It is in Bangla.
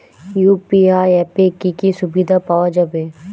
ইউ.পি.আই অ্যাপে কি কি সুবিধা পাওয়া যাবে?